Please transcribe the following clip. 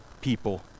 people